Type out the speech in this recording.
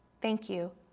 thank you.